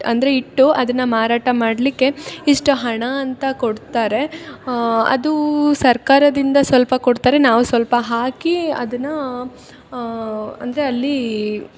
ಅಂದರೆ ಇಟ್ಟು ಅದನ್ನ ಮಾರಾಟ ಮಾಡಲಿಕ್ಕೆ ಇಷ್ಟು ಹಣ ಅಂತ ಕೊಡ್ತಾರೆ ಅದು ಸರ್ಕಾರದಿಂದ ಸ್ವಲ್ಪ ಕೊಡ್ತರೆ ನಾವು ಸ್ವಲ್ಪ ಹಾಕಿ ಅದನ್ನ ಅಂದರೆ ಅಲ್ಲಿ